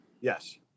Yes